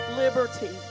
liberty